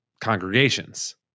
congregations